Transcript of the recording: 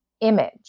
image